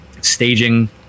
staging